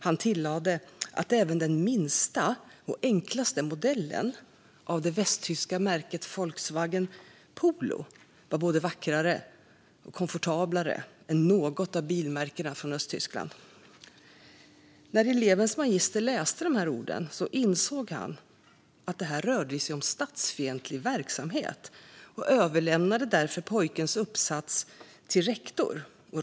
Han tillade att även den minsta och enklaste modellen av det västtyska märket Volkswagen Polo var både vackrare och komfortablare än något av bilmärkena från Östtyskland. När elevens magister läste dessa ord insåg han att det rörde sig om statsfientlig verksamhet och överlämnade därför pojkens uppsats till rektorn.